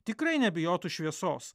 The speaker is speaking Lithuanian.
tikrai nebijotų šviesos